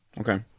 Okay